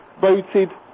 voted